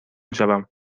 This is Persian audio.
شوم